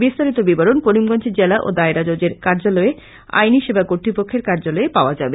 বিস্তারিত বিবরণ করিমগঞ্জ জেলা ও দায়রা জজের কার্যালয়ের আইনী সেবা কর্তৃপক্ষের কার্যালয়ে পাওয়া যাবে